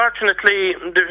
unfortunately